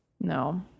No